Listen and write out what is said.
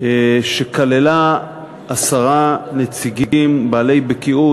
שכללה עשרה נציגים בעלי בקיאות,